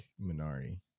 Minari